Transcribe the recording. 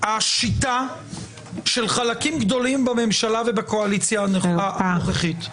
השיטה של חלקים גדולים בממשלה ובקואליציה הנוכחית.